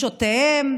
ברגשותיהם,